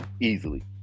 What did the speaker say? easily